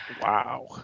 Wow